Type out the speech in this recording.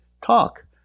talk